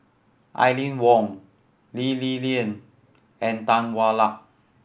Aline Wong Lee Li Lian and Tan Hwa Luck